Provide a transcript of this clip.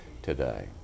today